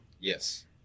Yes